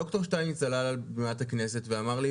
ד"ר שטייניץ עלה על בימת הכנסת ואמר לי,